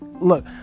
Look